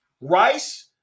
Rice